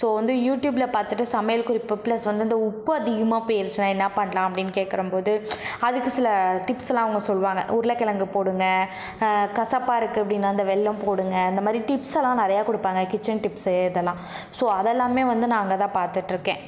so வந்து யூடியூபில் பார்த்துட்டு சமையல் குறிப்பு ப்ளஸ் வந்து இந்த உப்பு அதிகமாக போயிருச்சுனா என்ன பண்ணலாம் அப்படினு கேட்கறம்போது அதுக்கு சில டிப்ஸ்லாம் அவங்க சொல்வாங்க உருளைக்கிழங்கு போடுங்க கசப்பாக இருக்குது அப்படினா வெல்லம் போடுங்க இந்தமாதிரி டிப்ஸ்லாம் நிறையாக கொடுப்பாங்க கிச்சன் டிப்ஸ் இதெல்லாம் ஸோ அதெல்லாமே வந்து நான் அங்கேதான் பார்த்துட்டு இருக்கேன்